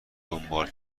دنبال